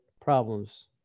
problems